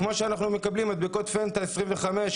זה כמו שאנחנו מקבלים מדבקות פנטה 25,